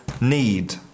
need